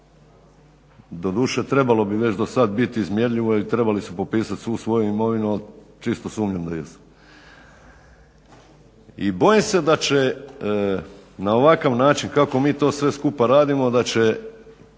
doduše trebalo bi do sada već biti izmjerljivo i trebali su popisati svu svoju imovinu ali čito sumnjam da jesu, i bojim se da će na ovakav način kako mi to sve skupa radimo da će